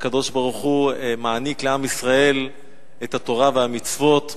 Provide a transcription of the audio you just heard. שהקדוש-ברוך-הוא מעניק לעם ישראל את התורה והמצוות.